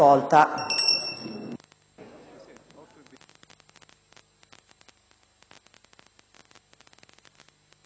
Grazie